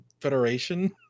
federation